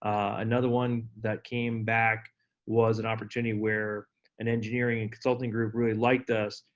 um another one that came back was an opportunity where an engineering consulting group really liked us,